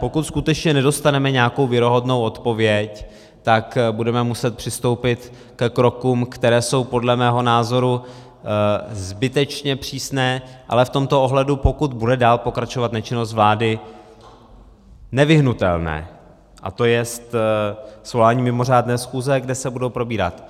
Pokud skutečně nedostaneme nějakou věrohodnou odpověď, tak budeme muset přistoupit ke krokům, které jsou podle mého názoru zbytečně přísné, ale v tomto ohledu, pokud bude dál pokračovat nečinnost vlády, nevyhnutelné, a to je svolání mimořádné schůze, kde se budou probírat